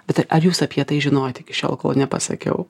bet ar jūs apie tai žinojot iki šiol kol nepasakiau